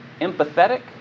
empathetic